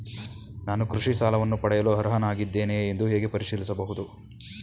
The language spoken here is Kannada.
ನಾನು ಕೃಷಿ ಸಾಲವನ್ನು ಪಡೆಯಲು ಅರ್ಹನಾಗಿದ್ದೇನೆಯೇ ಎಂದು ಹೇಗೆ ಪರಿಶೀಲಿಸಬಹುದು?